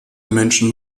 menschen